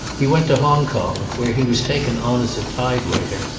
he went to hong-kong, where he was taken on as a tide-waiter,